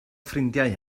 ffrindiau